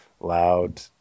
loud